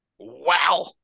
Wow